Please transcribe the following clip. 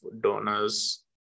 donors